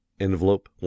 envelope